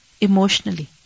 emotionally